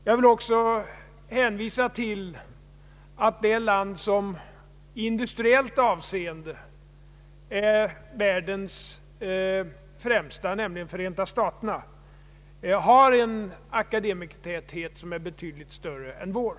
Jag vill också hänvisa till att det land som i industriellt hänseende är världens främsta, nämligen Förenta staterna, har en akademikertäthet som är betydligt större än vår.